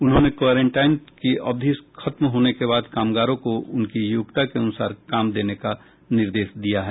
उन्होंने क्वारेंटाइन की अवधि खत्म होने के बाद कामगारों को उनकी योग्यता के अनुसार काम देना का निर्देश दिया है